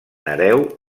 hereu